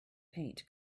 paint